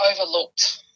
overlooked